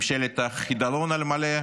ממשלת החידלון על מלא,